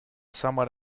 someone